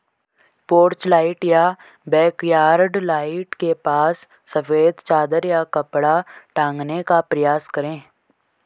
porch light या backyard light के पास सफेद चादर या कपड़ा टांगने का प्रयास करें